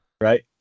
Right